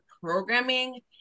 programming